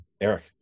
Eric